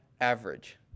average